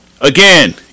again